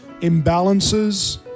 imbalances